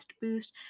boost